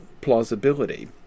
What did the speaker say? plausibility